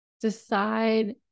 decide